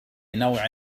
نوع